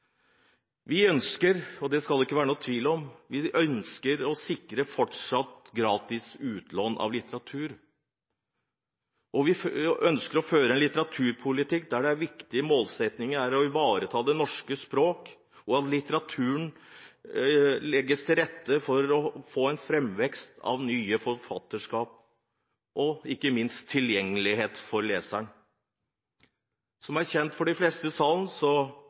Vi ønsker – og det skal det ikke være noen tvil om – å sikre fortsatt gratis utlån av litteratur. Vi ønsker å føre en litteraturpolitikk der viktige målsetninger er å ivareta norsk språk og litteratur ved at det legges til rette for en framvekst av nye forfatterskap, og ikke minst tilgjengelighet for leseren. Som det vil være kjent for de fleste i salen,